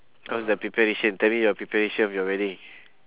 how's the preparation tell me your preparation of your wedding